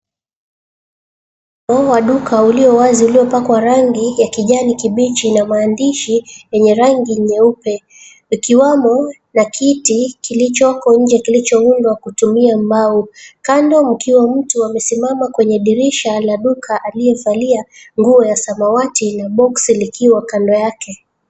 Mlango wa duka ulio wazi, uliopakwa rangi ya kijani kibichi na maandishi yenye rangi nyeupe. Ikiwamo na kiti kilichoko nje, kilichoundwa kutumia mbao. Kando mkiwa mtu amesimama kwenye dirisha la duka, aliyevalia nguo ya samawati na boksi likiwa kando yake.